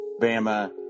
Bama